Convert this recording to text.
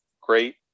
great